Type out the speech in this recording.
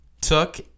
took